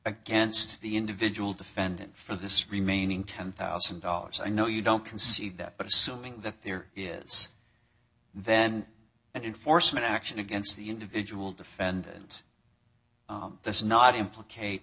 against the individual defendant for this remaining ten thousand dollars i know you don't concede that but assuming that there is then and in force an action against the individual defendant this is not implicate